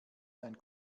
sein